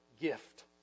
gift